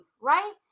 Right